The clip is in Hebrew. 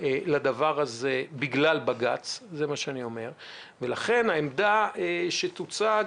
לזה בגלל בג"ץ, ולכן, העמדה שתוצג